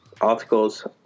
articles